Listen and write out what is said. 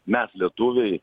mes lietuviai